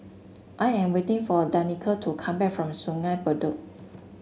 I am waiting for Danika to come back from Sungei Bedok